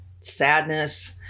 sadness